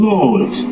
Lord